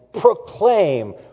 proclaim